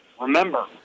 Remember